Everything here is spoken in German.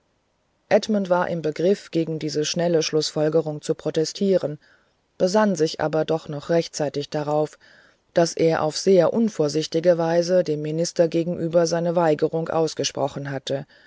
edmund war im begriff gegen diese schnelle schlußfolgerung zu protestieren besann sich aber noch rechtzeitig darauf daß er auf sehr unvorsichtige weise dem minister gegenüber seine weigerung ausgesprochen hatte